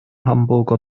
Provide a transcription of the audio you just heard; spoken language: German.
hamburger